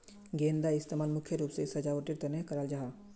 गेंदार इस्तेमाल मुख्य रूप से सजावटेर तने कराल जाहा